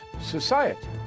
society